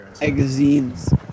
Magazines